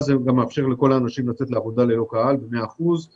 חזרה לעבודה ללא קהל ב-100%;